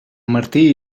martí